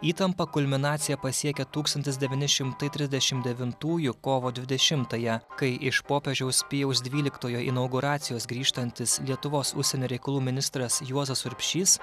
įtampą kulminacija pasiekia tūkstantis devyni šimtai trisdešimt devintųjų kovo dvidešimtąją kai iš popiežiaus pijaus dvyliktojo inauguracijos grįžtantis lietuvos užsienio reikalų ministras juozas urbšys